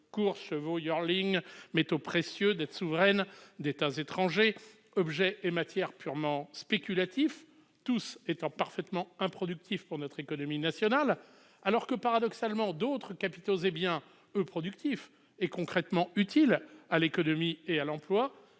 course, chevaux, métaux précieux, titres de dette souveraine d'États étrangers, soit des objets et matières purement spéculatifs et parfaitement improductifs pour notre économie nationale, alors que, paradoxalement, d'autres capitaux et biens, productifs et concrètement utiles à l'économie et à l'emploi,